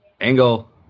Angle